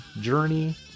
Journey